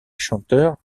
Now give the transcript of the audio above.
chanteur